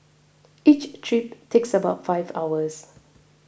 each trip takes about five hours